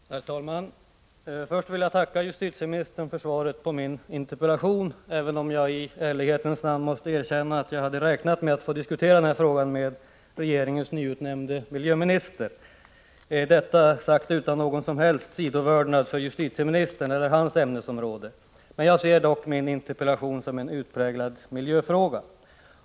Herr talman! Till att börja med vill jag tacka justitieministern för svaret på min interpellation även om jag i ärlighetens namn måste erkänna att jag hade räknat med att få diskutera denna fråga med regeringens nyutnämnde miljöminister. Detta sagt utan någon som helst sidovördnad för justitieministern eller hans ämnesområde. Jag ser dock det som min interpellation tar upp som en utpräglad miljöfråga.